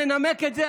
ומנמק את זה,